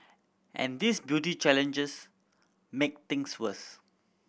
and these beauty challenges make things worse